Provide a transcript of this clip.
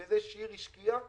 בגלל זה שיר שפר להד השקיעה